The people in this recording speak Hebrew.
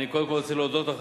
אני קודם כול רוצה להודות לך,